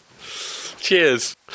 Cheers